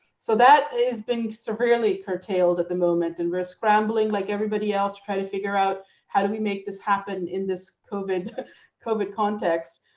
so that is being severely curtailed at the moment. and we're scrambling like everybody else to try to figure out how do we make this happen in this covid covid context?